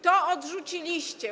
To odrzuciliście.